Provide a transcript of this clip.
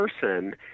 person